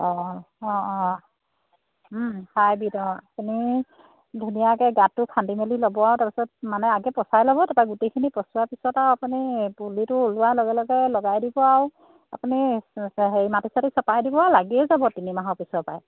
অঁ অঁ অঁ হাইব্ৰিড অঁ আপুনি ধুনীয়াকৈ গাঁতটো খান্দি মেলি ল'ব আৰু তাৰপিছত মানে আগে পচাই ল'ব তাৰপৰা গোটেইখিনি পচোৱাৰ পিছত আৰু আপুনি পুলিটো ওলোৱাৰ লগে লগে লগাই দিব আৰু আপুনি হেৰি মাটি চাটি চপাই দিব লাগিয়ে যাব তিনিমাহৰ পিছৰ পৰাই